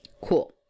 Cool